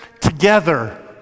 together